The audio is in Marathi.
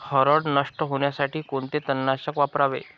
हरळ नष्ट होण्यासाठी कोणते तणनाशक वापरावे?